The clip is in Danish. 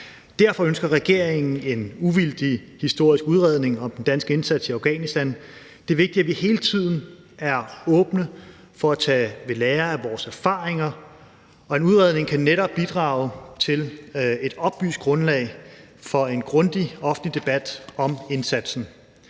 Derfor ønsker regeringen en uvildig historisk udredning af den danske indsats i Afghanistan. Det er vigtigt, at vi hele tiden er åbne for at tage ved lære af vores erfaringer, og en udredning kan netop bidrage til at skabe et oplyst grundlag for en grundig offentlig debat om indsatsen.